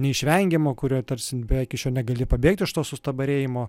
neišvengiamo kurio tarsi beveik iš jo negali pabėgti iš to sustabarėjimo